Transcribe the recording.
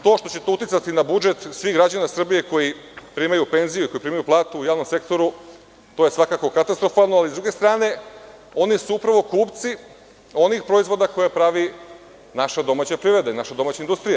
To što će to uticati na budžet svih građana Srbije, koji primaju penziju i koji primaju platu u javnom sektoru, je svakako katastrofalno, ali s druge strane, oni su upravo kupci onih proizvoda koje pravi naša domaća privreda i naša domaća industrija.